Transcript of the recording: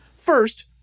First